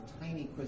tiny